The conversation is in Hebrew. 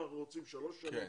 אנחנו רוצים שלוש שנים,